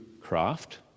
craft